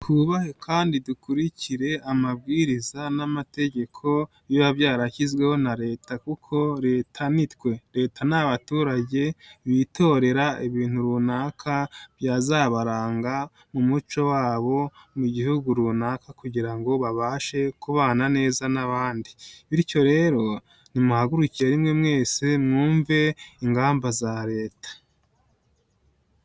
Twubahe kandi dukurikire amabwiriza n'amategeko biba byarashyizweho na Leta kuko Leta nitwe leta ni abaturage bitorera ibintu runaka byazabaranga mu muco wabo mu gihugu runaka kugira ngo babashe kubana neza n'abandi, bityo rero nimuhagurukire rimwe mwese mwumve ingamba za Leta.